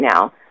now